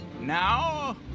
Now